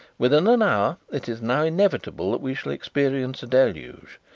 within an hour it is now inevitable that we shall experience a deluge.